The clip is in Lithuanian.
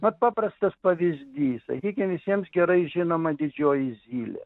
vat paprastas pavyzdys sakykim visiems gerai žinoma didžioji zylė